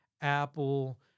apple